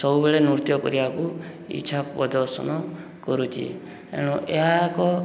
ସବୁବେଳେ ନୃତ୍ୟ କରିବାକୁ ଇଚ୍ଛା ପ୍ରଦର୍ଶନ କରୁଛି ଏଣୁ ଏହା ଏକ